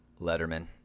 Letterman